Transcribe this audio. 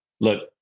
look